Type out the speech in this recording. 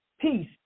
Peace